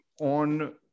on